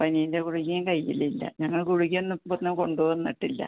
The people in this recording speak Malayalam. പനീൻ്റെ ഗുളികയും കയ്യിലില്ല ഞങ്ങൾ ഗുളികയൊന്നും ഇപ്പോൾ കൊണ്ട് വന്നിട്ടില്ല